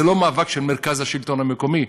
זה לא מאבק של מרכז השלטון המקומי,